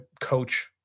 coach